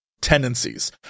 Tendencies